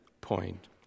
point